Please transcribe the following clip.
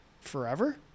forever